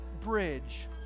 bridge